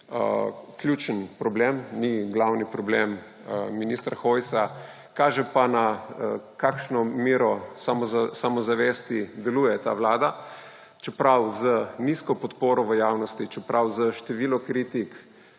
ključen problem, ni glavni problem ministra Hojsa, kaže pa, na kakšno mero samozavesti deluje ta vlada, čeprav z nizko podporo v javnosti, čeprav s številno kritiko,